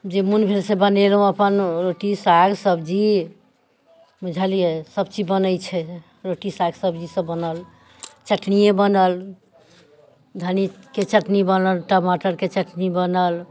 जे मन भेल से बनेलहुँ अपन रोटी साग सब्जी बुझलियै सभ चीज बनैत छै रोटी साग सब्जी सभ बनल चटनिये बनल धन्नीके चटनी बनल टमाटरके चटनी बनल